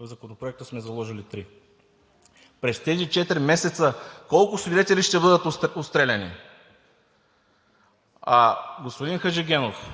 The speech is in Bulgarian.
В Законопроекта сме заложили три. През тези четири месеца колко свидетели ще бъдат отстреляни? Господин Хаджигенов,